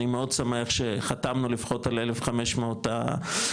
אני מאוד שמח שחתמנו לפחות על 1,500 הראשונים,